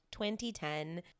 2010